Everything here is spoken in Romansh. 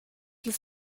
las